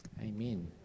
amen